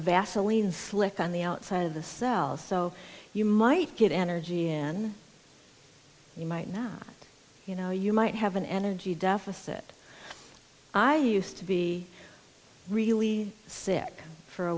vaseline slick on the outside of the cells so you might get energy again you might not you know you might have an energy deficit i used to be really sick for a